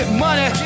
money